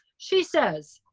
she says,